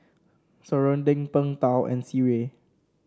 serunding Png Tao and sireh